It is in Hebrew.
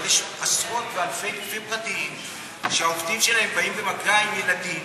אבל יש עשרות ואלפי גופים פרטיים שהעובדים שלהם באים במגע עם ילדים